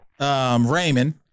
Raymond